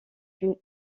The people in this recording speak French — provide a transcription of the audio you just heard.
une